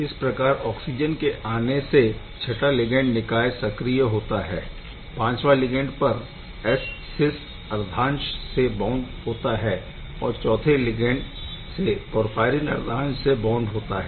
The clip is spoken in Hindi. इस प्रकार ऑक्सिजन के आने से छटा लिगैण्ड निकाय सक्रिय होता है पंचवा लिगैण्ड पर Scys अर्धांश से बउण्ड होता हैऔर चौथे लिगैण्ड से पोरफ़ाईरिन अर्धांश से बउण्ड होता है